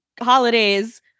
holidays